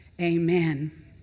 amen